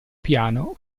piano